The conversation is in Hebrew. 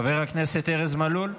חבר הכנסת ארז מלול.